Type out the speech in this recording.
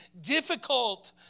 difficult